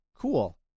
Cool